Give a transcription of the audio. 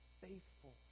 faithful